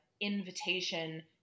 invitation